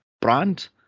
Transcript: brand